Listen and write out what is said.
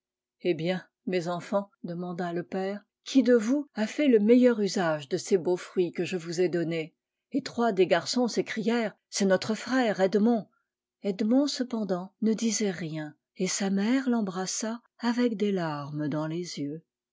eh bien mes enfants demanda le père qui de vous a fait le meilleur usage de ces beaux fruits que je vous ai donnés et trois des garçons s'écrièrent c'est notre frère edmond edmond cependant ne disait rien et sa mère l'embrassa avec des larraes dans les yeux